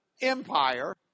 Empire